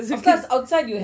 good thing